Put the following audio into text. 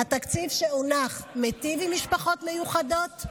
התקציב שהונח מיטיב עם משפחות מיוחדות?